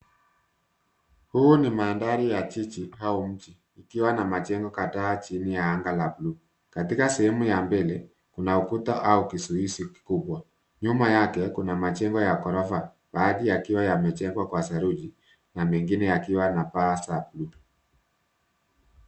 Huu ni mandhari ya jiji au mji, ikiwa na majengo kadhaa chini ya anga la bluu. Katika sehemu ya mbele kuna ukuta au kizuizi kikubwa. Nyuma yake kuna majengo ya gorofa baadhi yao yakiwa yamejengwa kwa sariju na mengine zikiwa na paa za bluu.